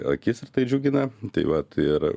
akis ir tai džiugina tai vat ir